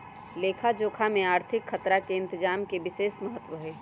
लेखा जोखा में आर्थिक खतरा के इतजाम के विशेष महत्व हइ